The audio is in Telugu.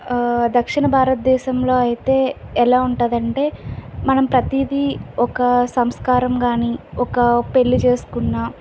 దక్షిణ భారతదేశంలో అయితే ఎలా ఉంటుంది అంటే మనం ప్రతిది ఒక సంస్కారం కానీ ఒక పెళ్ళి చేసుకున్న